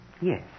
Yes